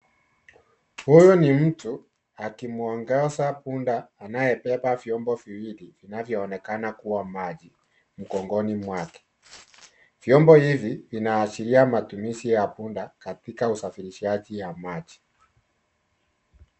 Huyu ni mtu akimwongoza punda anayebeba vyombo viwili vinavyoonekana kuwa maji mgongoni mwake. Vyombo hivi vinaashiria matumizi ya punda katika usafirishaji wa maji.